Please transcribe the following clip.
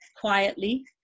quietly